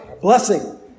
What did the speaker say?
blessing